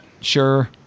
Sure